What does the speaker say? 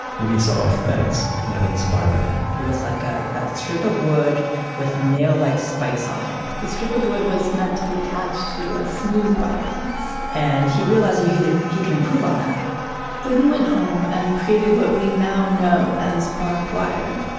when he saw a fence that inspired him it was like a strip of wood with nail-like spikes on it the strip of wood was meant to be attached to a smooth wire fence. and he realized he he could improve on that glidden went home and created what we now know as barbed wire.